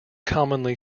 commonly